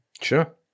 Sure